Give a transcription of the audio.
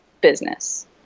business